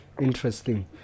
Interesting